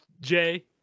Jay